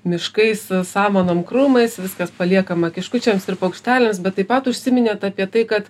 miškais samanom krūmais viskas paliekama kiškučiams ir paukšteliams bet taip pat užsiminėt apie tai kad